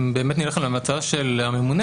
אם באמת נלך על ההמלצה של הממונה,